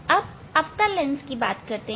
अब अवतल लेंस की बात करेंगें